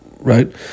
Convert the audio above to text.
right